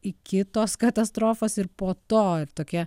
iki tos katastrofos ir po to ir tokia